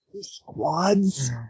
squads